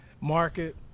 market